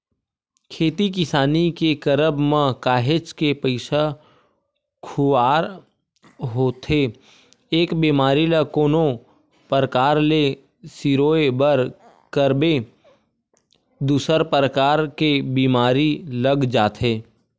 खेती किसानी के करब म काहेच के पइसा खुवार होथे एक बेमारी ल कोनो परकार ले सिरोय बर करबे दूसर परकार के बीमारी लग जाथे